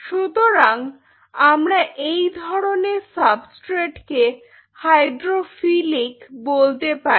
সুতরাং আমরা এই ধরনের সাবস্ট্রেটকে হাইড্রোফিলিক বলতে পারি